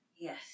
Yes